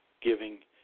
giving